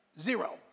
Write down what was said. zero